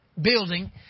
building